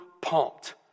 pumped